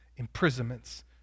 imprisonments